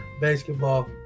Basketball